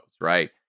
right